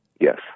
Yes